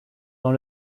dans